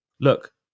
look